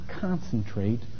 concentrate